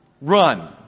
Run